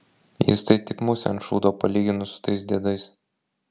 jis tai tik musė ant šūdo palyginus su tais diedais